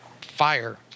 fire